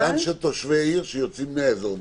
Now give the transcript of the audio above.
גם של תושבי עיר שיוצאים מהאזור המוגבל.